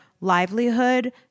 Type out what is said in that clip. livelihood